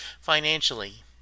financially